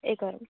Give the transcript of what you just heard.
एकवारं